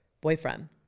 boyfriend